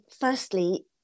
firstly